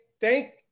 Thank